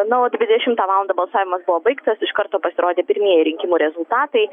na o dvidešimą valandą balsavimas buvo baigtas iš karto pasirodė pirmieji rinkimų rezultatai